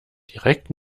direkt